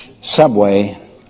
subway